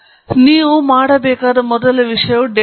ವಾಸ್ತವವಾಗಿ ಸಂವೇದಕ ಕೂಡ ಅದು ನಿಮಗೆ ಕೊಡುವ ಓದುವಿಕೆ ಸತ್ಯದ ಅಂದಾಜುಯಾಗಿದೆ